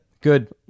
Good